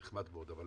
זה נחמד מאוד, אבל